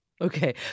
Okay